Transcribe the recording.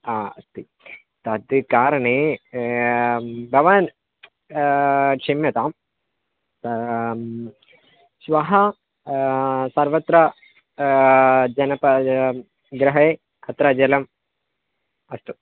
हा अस्ति तद् कारणे भवान् क्षम्यतां श्वः सर्वत्र जनपदे गृहे अत्र जलम् अस्तु